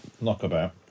Knockabout